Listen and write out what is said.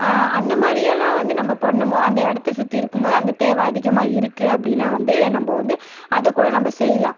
அந்த மாதிரியெல்லாம் வந்து நம்ப பொண்ணும் போ அந்த இடத்த சுற்றி இருக்கும்போது அந்த தேவை அதிகமாக இருக்கு அப்படின்னா வந்து நம்ப வந்து அதை கூட நம்ப செய்யலாம்